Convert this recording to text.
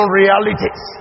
realities